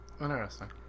Interesting